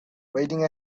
waiting